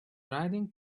riding